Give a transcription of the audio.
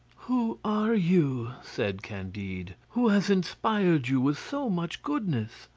who are you? said candide who has inspired you with so much goodness?